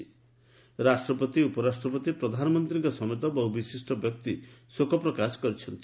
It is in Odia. ରାଷ୍ଟ୍ରପତି ଉପରାଷ୍ଟ୍ରପତି ପ୍ରଧାନମନ୍ତ୍ରୀଙ୍କ ସମେତ ବହୁ ବିଶିଷ୍ଟ ବ୍ୟକ୍ତି ଶୋକ ପ୍ରକାଶ କରିଛନ୍ତି